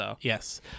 yes